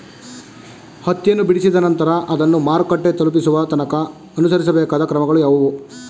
ಹತ್ತಿಯನ್ನು ಬಿಡಿಸಿದ ನಂತರ ಅದನ್ನು ಮಾರುಕಟ್ಟೆ ತಲುಪಿಸುವ ತನಕ ಅನುಸರಿಸಬೇಕಾದ ಕ್ರಮಗಳು ಯಾವುವು?